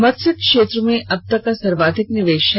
मत्स्य क्षेत्र में यह अब तक का सर्वाधिक निवेश है